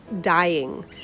dying